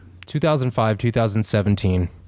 2005-2017